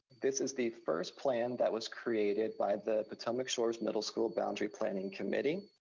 this is the first plan that was created by the potomac shores middle school boundary planning committee.